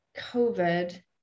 COVID